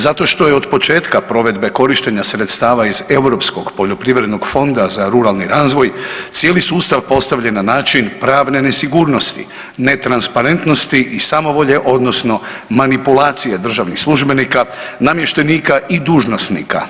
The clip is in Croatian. Zato što je od početka provedbe korištenja sredstava iz Europskog poljoprivrednog fonda za ruralni razvoj cijeli sustav postavljen na način pravne nesigurnosti, netransparentnosti i samovolje odnosno manipulacije državnih službenika, namještenika i dužnosnika.